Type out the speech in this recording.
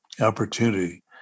opportunity